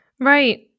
Right